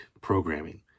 programming